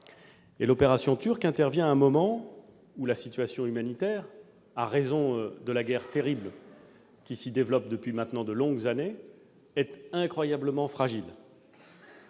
L'opération turque intervient à un moment où la situation humanitaire dans la région, du fait de la guerre terrible qui s'y déroule depuis maintenant de longues années, est incroyablement fragile.